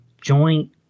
joint